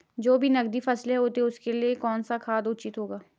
जो भी नकदी फसलें होती हैं उनके लिए कौन सा खाद उचित होगा?